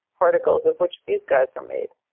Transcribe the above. particles of which these guys are made?